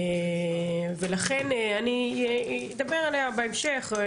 לכן אני אדבר עליה בהמשך.